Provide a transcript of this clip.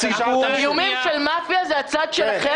איומים של מאפיה זה הצד שלכם.